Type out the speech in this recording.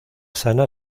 sana